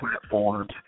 platforms